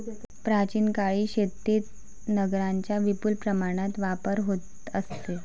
प्राचीन काळी शेतीत नांगरांचा विपुल प्रमाणात वापर होत असे